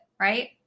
right